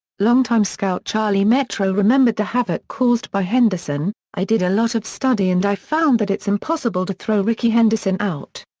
longtime scout charlie metro remembered the havoc caused by henderson i did a lot of study and i found that it's impossible to throw rickey henderson out.